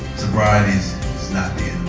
sobriety is not the